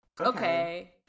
okay